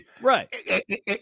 Right